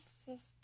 sister